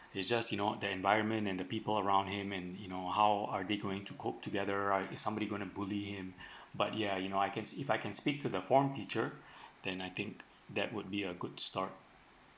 it's just you know the environment and the people around him and you know how are they going to cope together right if somebody gonna bully him but ya you know I can see if I can speak to the form teacher then I think that would be a good start